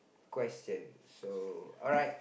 question so alright